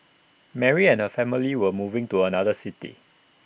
Mary and her family were moving to another city